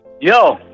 Yo